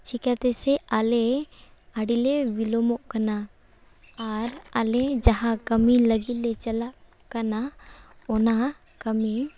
ᱪᱮᱠᱟᱛᱮ ᱥᱮ ᱟᱞᱮ ᱟᱹᱰᱤᱞᱮ ᱵᱤᱞᱚᱢᱚᱜ ᱠᱟᱱᱟ ᱟᱨ ᱟᱞᱮ ᱡᱟᱦᱟᱸ ᱠᱟᱹᱢᱤ ᱞᱟᱹᱜᱤᱫᱞᱮ ᱪᱟᱞᱟᱜ ᱠᱟᱱᱟ ᱚᱱᱟ ᱠᱟᱹᱢᱤ